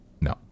no